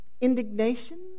indignation